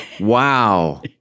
Wow